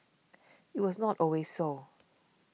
it was not always so